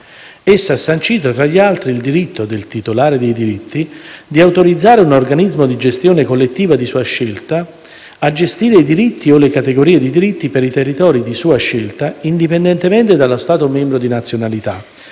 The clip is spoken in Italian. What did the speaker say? Essa ha sancito, tra gli altri, il diritto del titolare dei diritti di autorizzare un organismo di gestione collettiva di sua scelta a gestire i diritti o le categorie di diritti per i territori di sua scelta, indipendentemente dallo Stato membro di nazionalità,